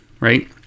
right